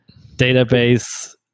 Database